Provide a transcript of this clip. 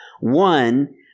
One